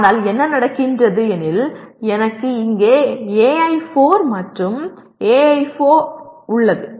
ஆனால் என்ன நடக்கின்றது எனில் எனக்கு இங்கே AI4 மற்றும் சில AI4 உள்ளது